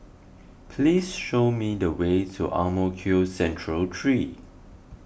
please show me the way to Ang Mo Kio Central three